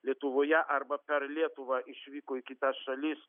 lietuvoje arba per lietuvą išvyko į kitas šalis